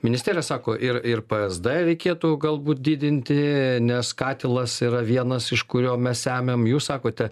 ministerija sako ir ir p es d reikėtų galbūt didinti nes katilas yra vienas iš kurio mes semiam jūs sakote